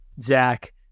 Zach